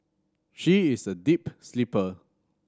she is a deep sleeper